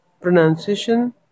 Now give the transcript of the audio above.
pronunciation